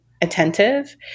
attentive